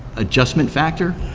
adjustment factor,